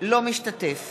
אינו משתתף